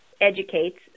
educates